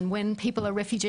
שאנשים הופכים לפליטים.